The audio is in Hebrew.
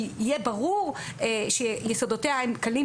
שיהיה ברור שיסודותיה הם קלים,